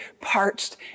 parched